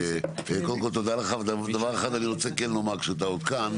תודה לך ודבר אחד אני רוצה כן לומר כשאתה עוד כאן,